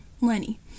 Lenny